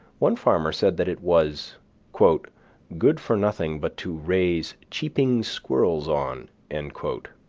one farmer said that it was good for nothing but to raise cheeping squirrels on. and